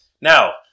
Now